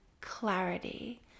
clarity